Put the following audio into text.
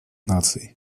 наций